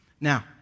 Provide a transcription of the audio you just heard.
Now